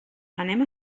anem